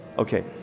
Okay